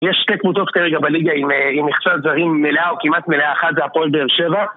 יש שתי קבוצות כרגע בליגה עם מכסת זרים מלאה או כמעט מלאה אחת זה הפועל באר שבע